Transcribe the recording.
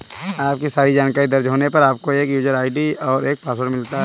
आपकी सारी जानकारी दर्ज होने पर, आपको एक यूजर आई.डी और पासवर्ड मिलता है